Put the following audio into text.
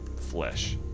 flesh